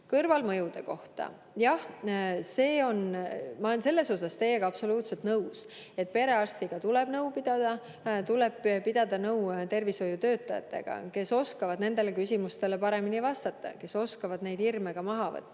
kõrvalmõjude kohta. Jah, ma olen selles osas teiega absoluutselt nõus, et perearstiga tuleb nõu pidada, tuleb pidada nõu tervishoiutöötajatega, kes oskavad nendele küsimustele paremini vastata ja kes oskavad neid hirme maha võtta.